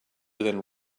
than